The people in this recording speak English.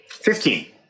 Fifteen